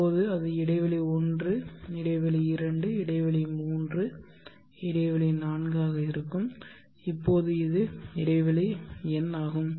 இப்போது அது இடைவெளி 1 இடைவெளி 2 இடைவெளி 3 இடைவெளி 4 ஆக இருக்கும் இப்போது இது இடைவெளி n ஆகும்